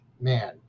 man